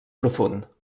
profund